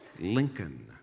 Lincoln